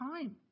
time